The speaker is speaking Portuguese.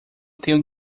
tenho